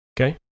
Okay